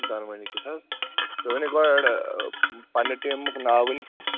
دۄنوٕنی کِژھ حظ تُہۍ ؤنِو گۄڈٕ پَننہِ ٹیٖمُک ناو ؤنِو تُہۍ